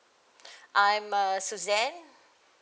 I'm uh suzanne